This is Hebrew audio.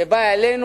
שבה העלינו